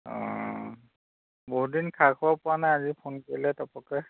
অঁ বহুত দিন খা খবৰ পোৱা নাই আজি ফোন কৰিলে টপককে